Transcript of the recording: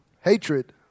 Hatred